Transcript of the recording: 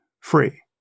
free